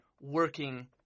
working